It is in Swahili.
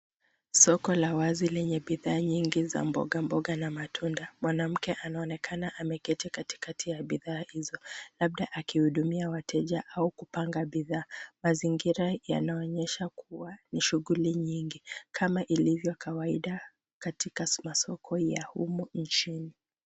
Soko la wazi lenye bidhaa nyingi za mbogamboga na matunda. Mwanamke anaonekana ameketi katikati ya bidhaa hizo labda akihudumia wateja au kupanga bidhaa. Mazingira yanaonyesha kuwa ni shughuli nyingi kama ilivyo kawaida katika masoko ya humu nchini.